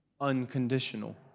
unconditional